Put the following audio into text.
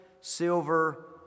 silver